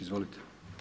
Izvolite.